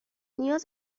نیاز